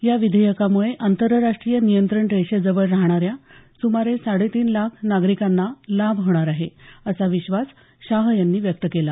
या विधेयकामुळे आंतरराष्ट्रीय नियंत्रण रेषेजवळ राहणाऱ्या सुमारे साडे तीन लाख नागरिकांना याचा लाभ होईल असा विश्वास शहा यांनी व्यक्त केला